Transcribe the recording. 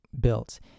built